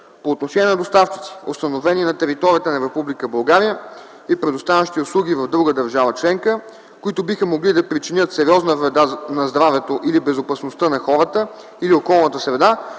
По отношение на доставчици, установени на територията на Република България и предоставящи услуги в друга държава членка, които биха могли да причинят сериозна вреда за здравето или безопасността на хората или околната среда,